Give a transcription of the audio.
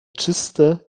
czyste